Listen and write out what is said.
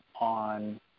on